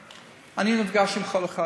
אני נפגש עם כל אחד.